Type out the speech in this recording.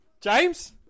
James